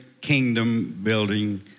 kingdom-building